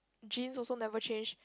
jeans also never change